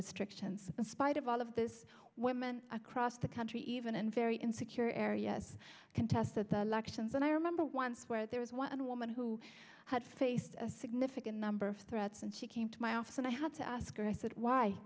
restrictions in spite of all of this women across the country even in very insecure areas contested the lections and i remember one where there was one woman who had faced a significant number of threats and she came to my office and i had to ask her i said why